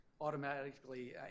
automatically